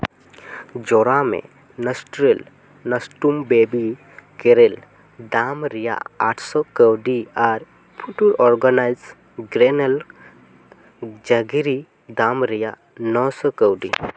ᱡᱚᱲᱟᱣ ᱢᱮ Nestle Nestum baby cereal ᱫᱟᱢ ᱨᱮᱭᱟᱜ ᱟᱴᱥᱚ ᱠᱟᱹᱣᱰᱤ ᱟᱨ ᱯᱷᱨᱩᱴ ᱚᱨᱜᱟᱱᱟᱭᱤᱡ ᱜᱨᱮᱱᱮᱞ ᱡᱟᱜᱮᱨᱤ ᱫᱟᱢ ᱨᱮᱭᱟᱜ ᱱᱚ ᱥᱚ ᱠᱟᱹᱣᱰᱤ